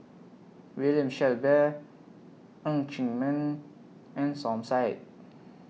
William Shellabear Ng Chee Meng and Som Said